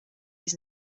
his